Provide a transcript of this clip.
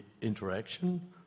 interaction